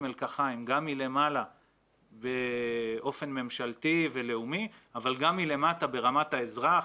מלקחיים גם מלמעלה באופן ממשלתי ולאומי אבל גם מלמטה ברמת האזרח,